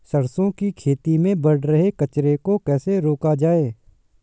सरसों की खेती में बढ़ रहे कचरे को कैसे रोका जाए?